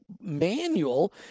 manual